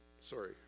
sorry